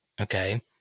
okay